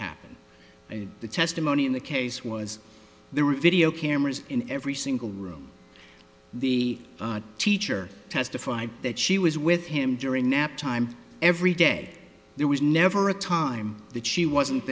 happened and the testimony in the case was there were video cameras in every single room the teacher testified that she was with him during nap time every day there was never a time that she wasn't